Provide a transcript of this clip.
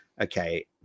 okay